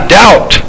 doubt